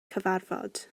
cyfarfod